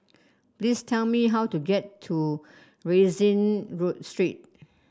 please tell me how to get to Rienzi Street